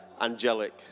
angelic